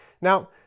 Now